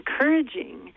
encouraging